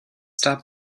stop